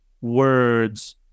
words